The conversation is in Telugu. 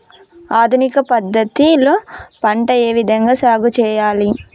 ఆధునిక పద్ధతి లో పంట ఏ విధంగా సాగు చేయాలి?